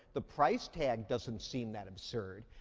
the price tag doesn't seem that absurd.